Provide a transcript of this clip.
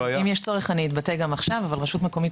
אם יש צורך אתבטא גם עכשיו רשות מקומית